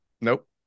Nope